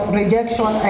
rejection